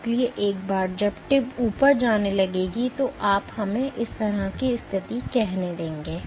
इसलिए एक बार जब टिप ऊपर जाने लगेगी तो आप हमें इस तरह की स्थिति कहने देंगे